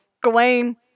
Gawain